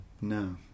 No